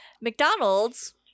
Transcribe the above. McDonald's